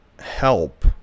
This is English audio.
help